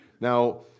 Now